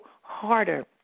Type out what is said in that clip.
harder